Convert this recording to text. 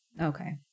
Okay